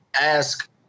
ask